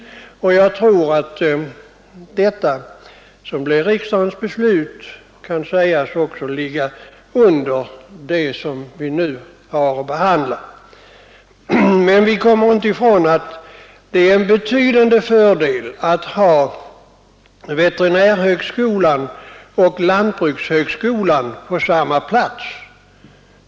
Det som då blev riksdagens beslut kan sägas ligga som underlag till vad vi nu har att behandla. Men vi kommer inte ifrån att det är en betydande fördel att ha både veterinärhögskolan och lantbrukshögskolan på samma plats.